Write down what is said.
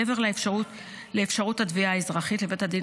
מעבר לאפשרות התביעה האזרחית לבית הדין